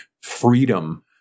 freedom